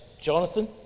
Jonathan